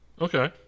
Okay